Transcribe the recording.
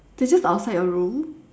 they just outside your room